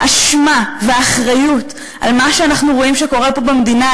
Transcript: האשמה והאחריות למה שאנחנו רואים שקורה פה במדינה,